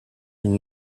une